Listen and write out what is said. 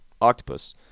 octopus